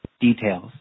Details